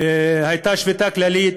הייתה שביתה כללית,